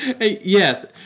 Yes